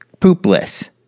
poopless